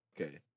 Okay